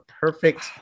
perfect